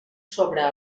sobre